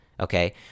okay